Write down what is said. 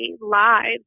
lives